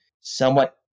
somewhat